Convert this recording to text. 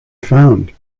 found